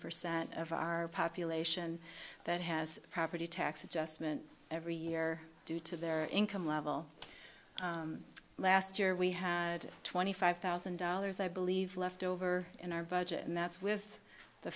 percent of our population that has property tax adjustment every year due to their income level last year we had twenty five thousand dollars i believe left over in our budget and that's with the